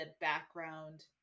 background